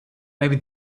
maybe